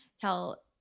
tell